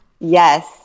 Yes